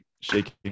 shaking